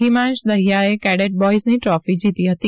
હિમાંશ દહિથાએ કેડેટ બોયઝની ટ્રોફી જીતી હતી